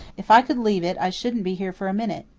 if i could leave it i shouldn't be here for a minute.